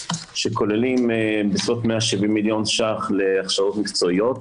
שקל שכוללים בסביבות 170 מיליון שקל להכשרות מקצועיות,